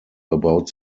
about